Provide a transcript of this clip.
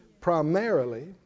primarily